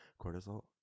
cortisol